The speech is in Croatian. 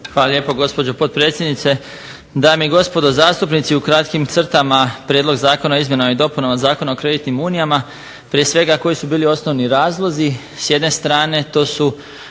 Hvala lijepo gospođo potpredsjednice. Dame i gospodo zastupnici. U kratkim crtama prijedlog zakona o izmjenama i dopunama Zakona o kreditnim unijama prije svega koji su bili osnovni razlozi. S jedne strane to su